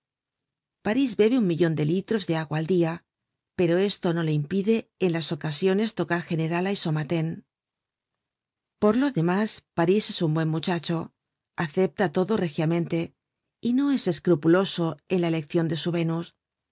parís bebe un millon de litros de agua al dia pero esto no le impide en las ocasiones tocar generala y somaten por lo demás parís es un buen muchacho acepta todo regiamente y no es escrupuloso en la eleccion de su vénus